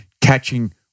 catching